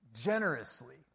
generously